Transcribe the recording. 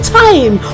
time